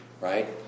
right